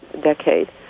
decade